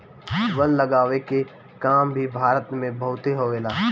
वन लगावे के काम भी भारत में बहुते होला